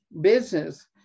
business